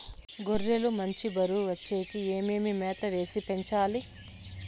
గొర్రె లు మంచి బరువు వచ్చేకి ఏమేమి మేత వేసి పెంచాలి?